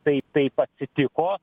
taip taip atsitiko